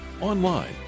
online